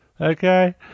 okay